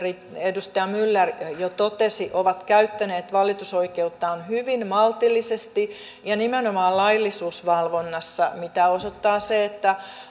edustaja myller jo totesi ovat käyttäneet valitusoikeuttaan hyvin maltillisesti ja nimenomaan laillisuusvalvonnassa mitä osoittaa se että